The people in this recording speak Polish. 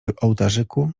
ołtarzyku